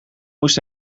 moest